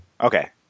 Okay